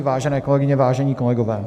Vážené kolegyně, vážení kolegové.